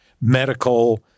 medical